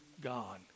God